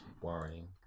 worrying